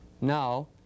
Now